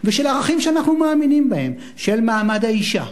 ושל ערכים שאנחנו מאמינים בהם: של מעמד האשה,